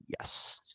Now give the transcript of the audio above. Yes